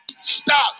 stop